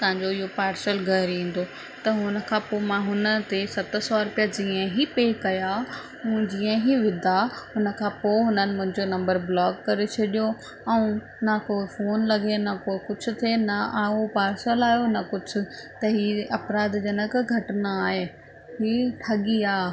तव्हांजो इहो पार्सल घरु ईंदो त हुन खां पोइ मां हुन ते सत सौ रुपया जीअं ई पे कयां मूं जीअं ई विधा हुन खां पोइ हुननि मुंहिंजो नंबर ब्लॉक करे छॾियो ऐं न को फोन लॻे न को कुझ थिए न ऐं उहो पार्सल आहियो न कुझ त हीअ अपराध जनक घटना आहे हीअ ठगी आहे